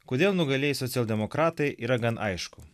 kodėl nugalėjo socialdemokratai yra gan aišku